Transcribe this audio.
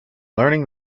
learning